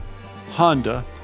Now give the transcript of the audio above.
Honda